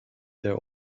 their